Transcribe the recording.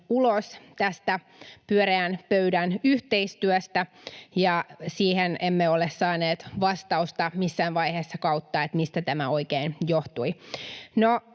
ulos tästä pyöreän pöydän yhteistyöstä, emmekä ole saaneet missään vaiheessa vastausta siihen, mistä tämä oikein johtui.